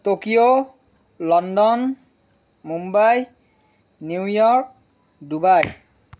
Tokyo London Mumbai New York Dubai